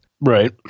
Right